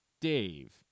Dave